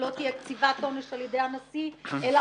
שלא תהיה קציבת עונש על ידי הנשיא אלא